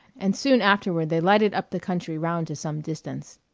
and soon afterward they lighted up the country round to some distance.